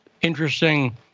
interesting